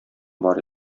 бар